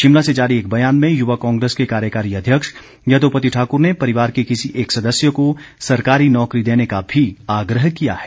शिमला से जारी एक बयान में युवा कांग्रेस के कार्यकारी अध्यक्ष यदोपति ठाकुर ने परिवार के किसी एक सदस्य को सरकारी नौकारी देने का भी आग्रह किया है